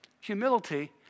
Humility